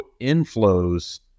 inflows